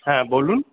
হ্যাঁ বলুন